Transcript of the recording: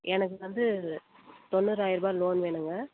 எனக்கு வந்து தொண்ணூறாயிரருபா லோன் வேணும்ங்க